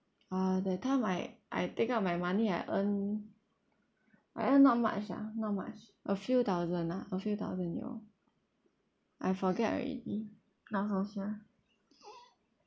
uh that time I I take out my money I earn I earn not much ah not much a few thousand ah a few thousand you know I forget already not so sure